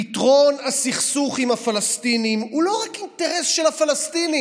פתרון הסכסוך עם הפלסטינים הוא לא רק אינטרס של הפלסטינים,